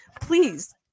Please